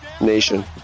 Nation